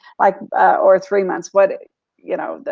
like or three months. what, you know,